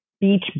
beach